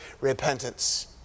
repentance